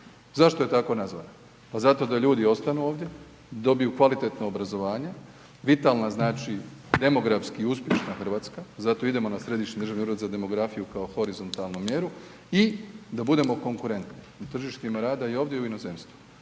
Zašto je tako nazvana? Pa zato da ljudi ostanu ovdje, dobiju kvalitetno obrazovanje, vitalna znači demografski uspješna Hrvatska, zato idemo na Središnji državni ured za demografiju kao horizontalnu mjeru i da budemo konkurentni na tržištima rada ovdje i u inozemstvu.